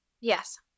yes